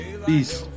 peace